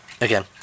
Again